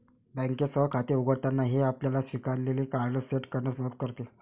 बँकेसह खाते उघडताना, हे आपल्याला स्वीकारलेले कार्ड सेट करण्यात मदत करते